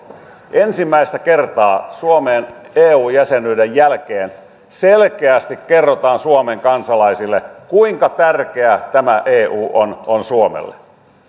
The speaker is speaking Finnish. ensimmäistä kertaa suomen eu jäsenyyden jälkeen selkeästi kerrotaan suomen kansalaisille kuinka tärkeä tämä eu on on suomelle